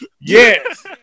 Yes